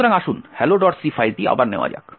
সুতরাং আসুন helloc ফাইলটি আবার নেওয়া যাক